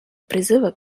призыва